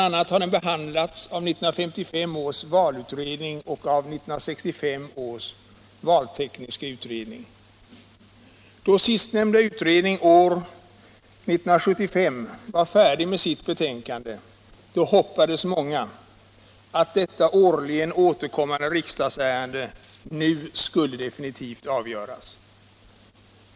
a. har den behandlats av 1955 års valutredning och av 1965 års valtekniska utredning. Då sistnämnda utredning år 1975 var färdig med sitt betänkande, hoppades många att detta årligen återkommande riksdagsärende nu skulle definitivt avgöras.